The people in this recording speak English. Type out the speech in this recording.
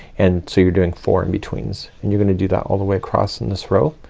and so you're doing four in-betweens and you're gonna do that all the way across in this row.